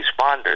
responders